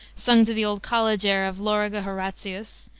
sung to the old college air of lauriger horatius,